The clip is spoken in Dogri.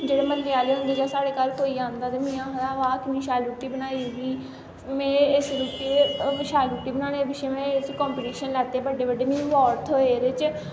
जेह्ड़े म्हल्ले आह्ले होंदे जां साढ़े घर कोई आंदा ते मीं आखदा वाह् किन्नी शैल रुट्टी बनाई दी में इस रुट्टी शैल रुट्टी बनाने पिच्छें में कंपिटिशन लैते बड्डे बड्डे मिगी अवार्ड थ्होए एह्दे च